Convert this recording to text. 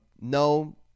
no